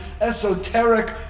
esoteric